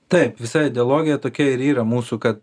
taip visa idealogija tokia ir yra mūsų kad